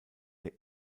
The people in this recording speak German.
der